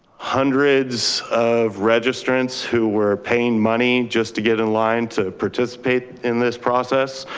hundreds of registrants who were paying money just to get in line to participate in this process.